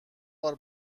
بار